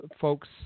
folks